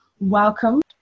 Welcome